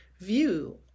view